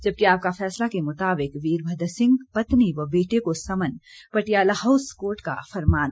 जबकि आपका फैसला के मुताबिक वीरभद्र सिंह पत्नी व बेटे को समन पाटियाला हाउस कोर्ट का फरमान